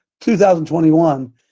2021